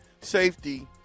safety